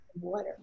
water